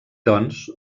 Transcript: doncs